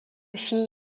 filles